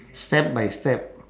step by step